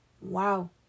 Wow